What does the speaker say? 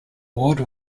award